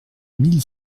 mille